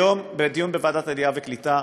היום בדיון בוועדת העלייה והקליטה